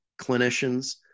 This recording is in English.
clinicians